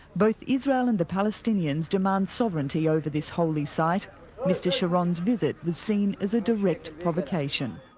both israel and the palestinians demand sovereignty over this holy site mr sharon's visit was seen as a direct provocation.